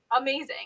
Amazing